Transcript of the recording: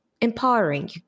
Empowering